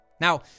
Now